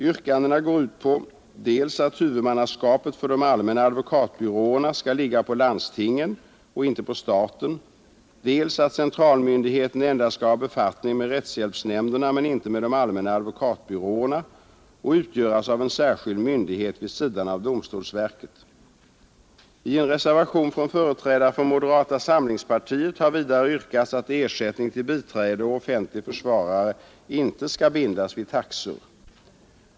Yrkandena går ut på dels att huvudmannaskapet för de allmänna advokatbyråerna skall ligga på landstingen och inte staten, dels att centralmyndigheten endast skall ha befattning med rättshjälpsnämnderna men inte med de allmänna advokatbyråerna och utgöras av en särskild myndighet vid sidan av domstolsverket. I en reservation från företrädare för moderata samlingspartiet har vidare yrkats att ersättning till biträde och offentlig försvarare inte skall bindas vid taxor.